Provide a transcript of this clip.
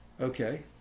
Okay